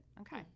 Okay